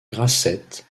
grasset